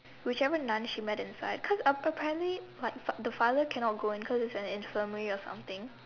whichever Nun she met inside cause apparently like the father cannot go in cause it's like an infirmary or something